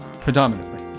Predominantly